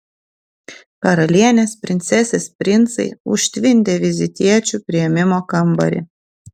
karalienės princesės princai užtvindė vizitiečių priėmimo kambarį